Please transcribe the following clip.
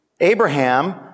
Abraham